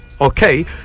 Okay